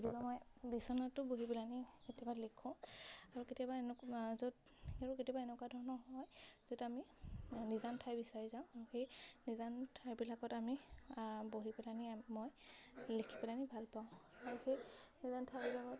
কেতিয়াবা মই বিচনাটো বহি পেলাহেনি কেতিয়াবা লিখোঁ আৰু কেতিয়াবা এনেকুৱা য'ত আৰু কেতিয়াবা এনেকুৱা ধৰণৰ হয় য'ত আমি নিজান ঠাই বিচাৰি যাওঁ আৰু সেই নিজান ঠাইবিলাকত আমি বহি পেলাহেনি মই লিখি পেলাহেনি ভালপাওঁ আৰু সেই নিজান ঠাইবিলাকত